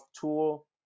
tool